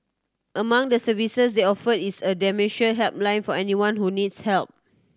among the services they offer is a dementia helpline for anyone who needs help